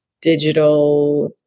digital